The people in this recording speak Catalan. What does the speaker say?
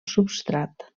substrat